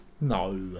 No